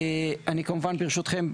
אני כמובן ברשותכם,